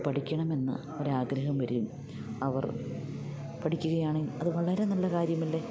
പഠിക്കണമെന്ന് ഒരാഗ്രഹം വരും അവർ പഠിക്കുകയാണെങ്കിൽ അത് വളരെ നല്ല കാര്യമല്ലേ